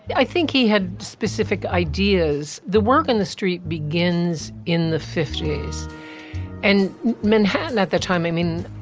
i think he had specific ideas. the work in the street begins in the fifty s and manhattan at the time. i mean,